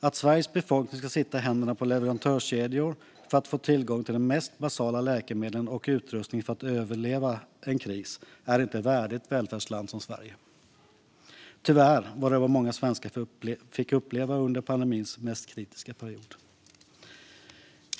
Att Sveriges befolkning ska sitta i händerna på leverantörskedjor för att få tillgång till de mest basala läkemedlen och utrustning för att överleva en kris är inte värdigt ett välfärdsland som Sverige. Tyvärr var det vad många svenskar fick uppleva under pandemins mest kritiska period.